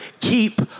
Keep